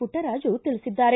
ಪುಟ್ಟರಾಜು ತಿಳಿಸಿದ್ದಾರೆ